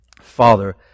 Father